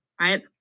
Right